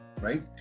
right